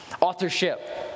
Authorship